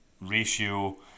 ratio